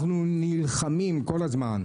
אנחנו נלחמים כל הזמן,